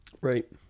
Right